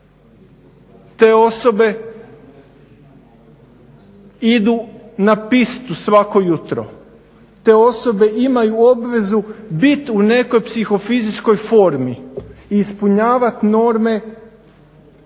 Te osobe idu na pistu svako jutro, te osobe imaju obvezu bit u nekoj psihofizičkoj formi i ispunjavat norme